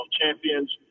champions